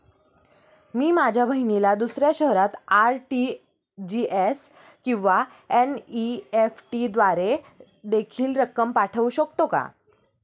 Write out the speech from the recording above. मी माझ्या बहिणीला दुसऱ्या शहरात आर.टी.जी.एस किंवा एन.इ.एफ.टी द्वारे देखील रक्कम पाठवू शकतो का?